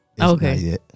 Okay